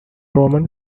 roman